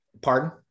pardon